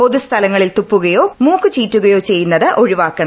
പൊതു സ്ഥലങ്ങളിൽ തുപ്പുകയോ മൂക്ക് ചീറ്റുകയോ ചെയ്യുന്നത് ഒഴിവാക്കണം